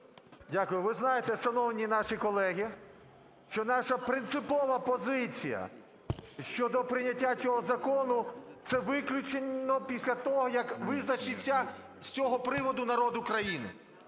Дякую. Ви знаєте, шановні наші колеги, що наша принципова позиція щодо прийняття цього закону – це виключно після того, як визначиться з цього приводу народ України.